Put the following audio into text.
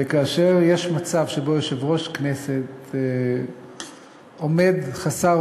וכאשר יש מצב שבו יושב-ראש הכנסת עומד חסר